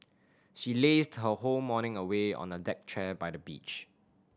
she lazed her whole morning away on a deck chair by the beach